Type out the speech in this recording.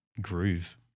groove